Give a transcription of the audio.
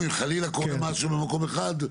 אם חלילה קורה משהו במקום אחד,